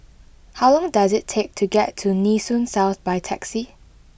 how long does it take to get to Nee Soon South by taxi